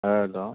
hello